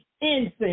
incense